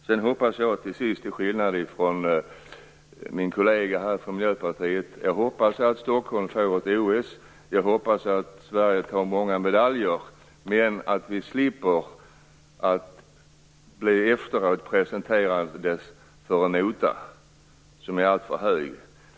Till sist vill jag säga att jag, till skillnad från min kollega från Miljöpartiet, hoppas att Stockholm får ett OS. Jag hoppas att Sverige tar många medaljer, men att vi slipper att efteråt bli presenterade för en nota som är alltför hög.